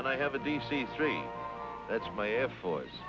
and i have a d c three that's my air force